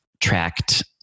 tracked